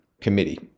committee